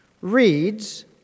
reads